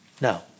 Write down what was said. No